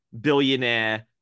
billionaire